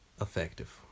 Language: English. effective